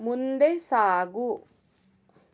ಮುಂದೆ ಸಾಗು